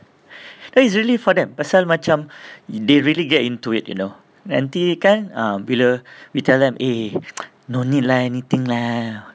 it is really for them pasal macam they really get into it you know nanti kan uh bila you tell them eh no need lah anything lah